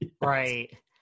Right